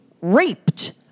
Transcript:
raped